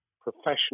professional